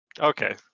okay